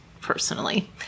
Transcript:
Personally